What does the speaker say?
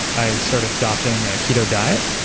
i started adopting a keto diet,